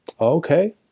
Okay